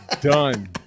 done